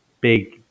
big